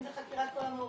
אם זה חקירת כל המעורבים,